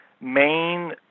main